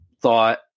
thought